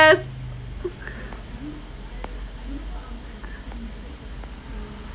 yes